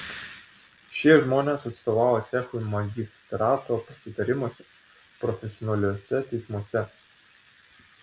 šie žmonės atstovavo cechui magistrato pasitarimuose profesionaliuose teismuose